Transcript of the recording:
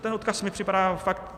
Ten odkaz mi připadá fakt...